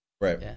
Right